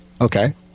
Okay